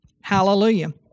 Hallelujah